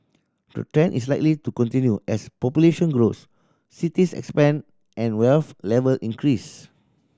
the trend is likely to continue as population growth cities expand and wealth level increase